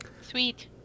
Sweet